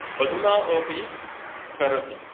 अधुना अपि करोमि